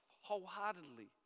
wholeheartedly